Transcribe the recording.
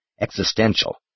existential